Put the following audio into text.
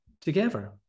together